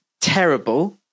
terrible